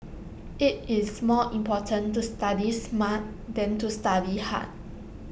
IT is more important to study smart than to study hard